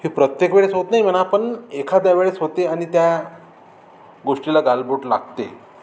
हे प्रत्येक वेळेस होत नाही म्हणा पण एखाद्या वेळेस होते आणि त्या गोष्टीला गालबोट लागते